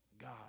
God